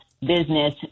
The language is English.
business